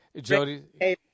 Jody